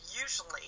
usually